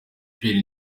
pierre